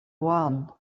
one